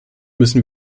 müssen